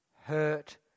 hurt